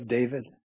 David